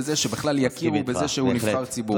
בזה שבכלל יכירו בזה שהוא נבחר ציבור.